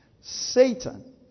Satan